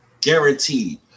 Guaranteed